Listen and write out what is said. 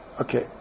Okay